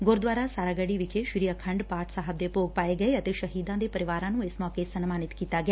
ਗੁਰਦੁਆਰਾ ਸਾਰਾਗੜੀ ਵਿਖੇ ਸ੍ਰੀ ਆਖੰਡ ਪਾਠ ਸਾਹਿਬ ਦੇ ਭੋਗ ਪਾਏ ਗਏ ਅਤੇ ਸ਼ਹੀਦਾਂ ਦੇ ਪਰਿਵਾਰਾਂ ਨੂੰ ਇਸ ਮੌਕੇ ਸਨਮਾਨਿਤ ਕੀਤਾ ਗਿਆ